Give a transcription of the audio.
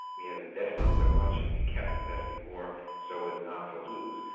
we had invested so much and we kept investing more so as not to lose,